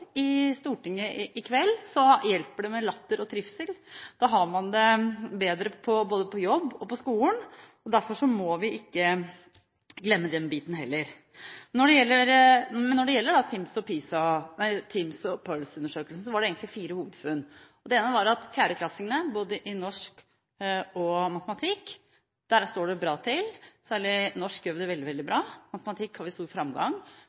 i Stortinget i kveld, hjelper det med latter og trivsel. Da har man det bedre både på jobb og på skolen. Derfor må vi ikke glemme den biten, heller. Når det gjelder TIMSS og PIRLS-undersøkelsene, var det egentlig fire hovedfunn. Det ene var at for fjerdeklassingene står det bra til i norsk og matematikk. Særlig i norsk gjør vi det veldig bra, og i matematikk har vi stor framgang. Når det gjelder åttende trinn, står det også bra til